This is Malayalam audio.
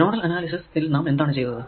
നോഡൽ അനാലിസിസ് ൽ നാം എന്താണ് ചെയ്തത്